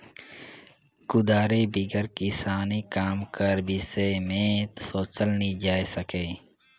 कुदारी बिगर किसानी काम कर बिसे मे सोचल नी जाए सके